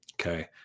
Okay